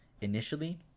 initially